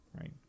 right